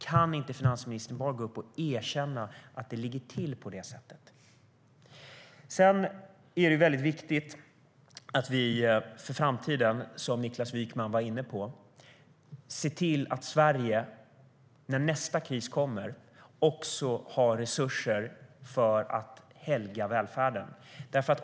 Kan inte finansministern bara gå upp och erkänna att det ligger till på det sättet? Som Niklas Wykman var inne på är det viktigt att vi för framtiden ser till att Sverige, när nästa kris kommer, också har resurser för att helga välfärden.